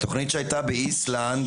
התוכנית שהייתה באיסלנד,